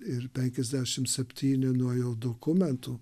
ir penkiasdešim septyni nuo jo dokumentų